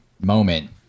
moment